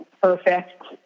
perfect